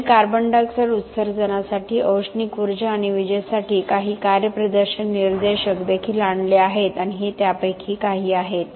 त्यांनी CO2 उत्सर्जनासाठी औष्णिक ऊर्जा आणि विजेसाठी काही कार्यप्रदर्शन निर्देशक देखील आणले आहेत आणि हे त्यापैकी काही आहेत